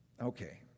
okay